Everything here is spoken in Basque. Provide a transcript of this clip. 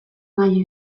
nahi